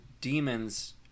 demons